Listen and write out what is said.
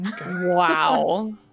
Wow